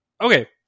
Okay